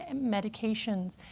and medications.